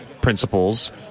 principles